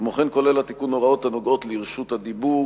כמו כן כולל התיקון הוראות הנוגעות לרשות הדיבור